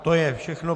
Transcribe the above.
To je všechno.